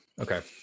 Okay